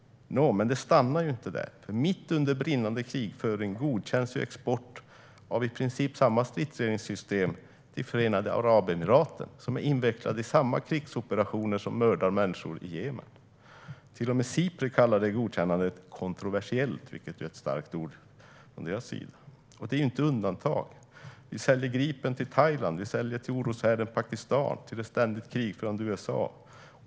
Men det stannade inte där, för mitt under brinnande krigföring godkändes export av i princip samma stridsledningssystem till Förenade Arabemiraten, som också är invecklat i de krigsoperationer som mördar människor i Jemen. Till och med Sipri kallar detta godkännande kontroversiellt, vilket är ett starkt ord från dess sida. Det är inget undantag. Vi säljer Gripen till Thailand. Vi säljer till oroshärden Pakistan och till det ständigt krigförande USA.